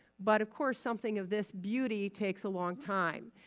but of course something of this beauty takes a long time.